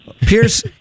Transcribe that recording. Pierce